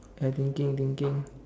I thinking thinking